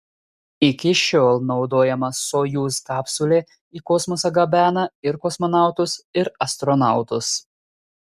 iki šiol naudojama sojuz kapsulė į kosmosą gabena ir kosmonautus ir astronautus